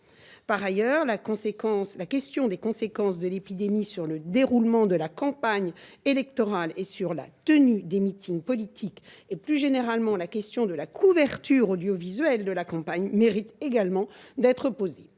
Par ailleurs, la question des conséquences de l'épidémie sur le déroulement de la campagne électorale et sur la tenue des meetings politiques et, plus généralement, la question de la couverture audiovisuelle de la campagne méritent également d'être posées.